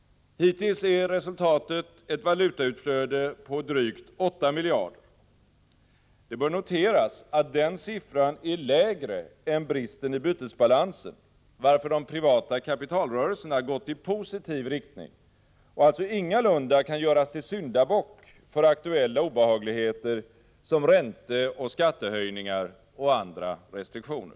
Hittills är resultatet ett valutautflöde på drygt 8 miljarder. Det bör noteras att den siffran är lägre än bristen i bytesbalansen, varför de privata kapitalrörelserna gått i positiv riktning och alltså ingalunda kan göras till syndabock för aktuella obehagligheter som ränteoch skattehöjningar och andra restriktioner.